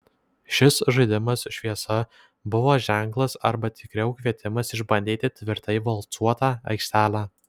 šis žaidimas šviesa buvo ženklas arba tikriau kvietimas išbandyti tvirtai valcuotą aikštelę